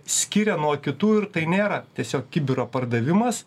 skiria nuo kitų ir tai nėra tiesiog kibiro pardavimas